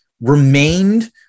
remained